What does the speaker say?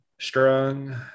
strong